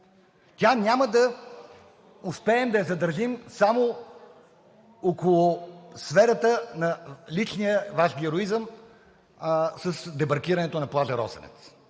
Няма да успеем да я задържим само около сферата на личния Ваш героизъм с дебаркирането на плажа „Росенец“.